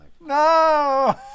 No